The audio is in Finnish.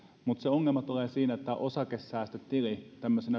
mutta se ongelma tulee siinä että osakesäästötili